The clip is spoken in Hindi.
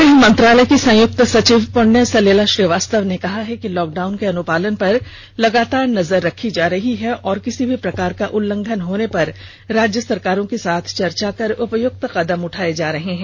गृह मंत्रालय की संयुक्त सचिव पुण्य सलिला श्रीवास्तव ने कहा है कि लॉकडाउन के अनुपालन पर लगातार नजर रखी जा रही है और किसी भी प्रकार का उल्लंघन होने पर राज्य सरकारों के साथ चर्चा कर उपयुक्त कदम उठाए जा रहे हैं